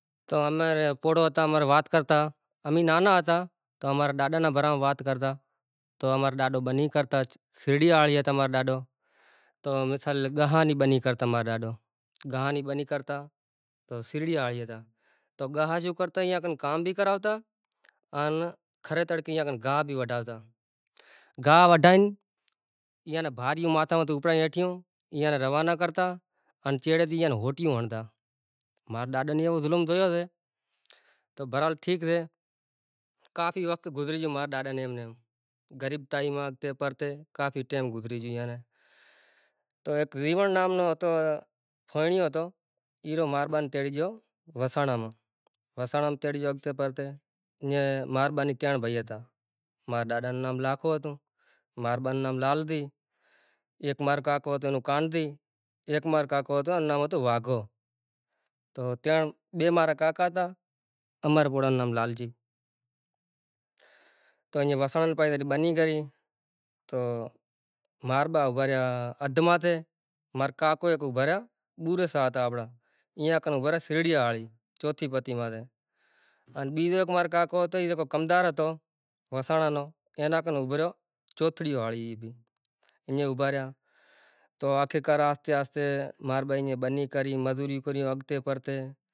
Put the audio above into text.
﻿ تو امارے پوڑو ہتا اي وات کرتا, امی نانا ہتا تو امارا ڈاڈا نا بارا ما وات کرتا، تو امارا ڈاڈو بنی کرتا، سیڑھی آڑیت ہتا ہمارو ڈاڈو تو گاھ نی بنی کرتا ہمارو ڈاڈو، گاھ نی بنی کرتا، تو سیڑھی آڑیت ہتا۔ تو گاھ جو کرتا ،یا کن کام بی کراوتا ان کھڑے تڑپی اگن گاھ بی وڈھاوتا۔ گاھ وڈھائین، انے بھاری ماتھاو تو اپڑائی وٹھیوں۔ ای اینے روانہ کرتا، ان چیڑے ڈین ہونٹیوں ہنڑتا۔ مارا ڈاڈا نی ایوو ظلم ژویو سے، ٹھیک سے کافی وقت گزری گیو مارا ڈاڈا نے ایم نے ایم۔ غریبتائی ما تے پرتے کافی ٹائم گزری گیو اینے۔ تو ایک زیون نام نو ہتو ،پھونڑی ہتو، ای رو ماربن تینڑی جو، وسانا ما۔ وسانا ما تیڑ جو اڑتے پڑتے مار بئین تن بھائی ہتا۔ مارا ڈاڈا نو نام لاکھو ہتو۔ مارا بن نو نام لال دی۔ ایک مار کاکو ہتو اینو کانتی، ایک مارو کاکو ہتو اینو نام ہتو واگھو۔ تو ترن، بے مارا کاکا ہتا ، امارا پوڑا نو نام لال جی۔ تو ای وسان پائی بنی کری تو مار بھائی ابھا ریا ادھ ماتھے، مار کاکو ایک ابھا ریا، بھورے ساتھ رہا آپڑا۔ ائی کوئی ورس سیڑھی آڑھی چوتھی پتی مانسے۔ ان بیجو ایک مارو کاکو ہتو، اي جیکو کم دار ہتو، اینا کن ابھو ریو چوتھڑی واڑی ای بی۔ ای بی ابھا ریا۔ تو آخرکار آہستے آہستے مار بئی بنی کری مزوری کری، اگتے پھرتے